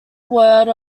word